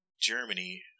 Germany